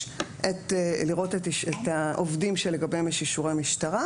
לראות את העובדים שלגביהם יש אישורי משטרה,